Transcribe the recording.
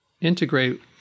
integrate